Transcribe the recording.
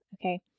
Okay